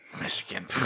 Michigan